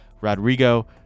Rodrigo